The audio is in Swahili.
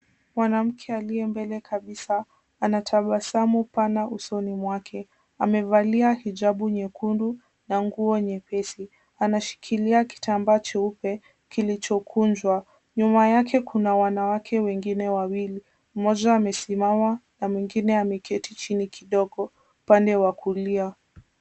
Mwanamke aliye mbele kabisa, anatabasamu pana usoni mwake. Amevalia hijabu nyekundu na nguo nyepesi. Anashikilia kitambaa cheupe kilichokunjwa. Nyuma yake kuna wanawake wengine wawili, mmoja amesimama na mwingine ameketi chini kidogo upande wa kulia.